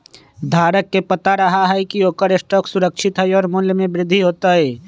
धारक के पता रहा हई की ओकर स्टॉक सुरक्षित हई और मूल्य में वृद्धि होतय